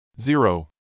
Zero